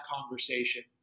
conversation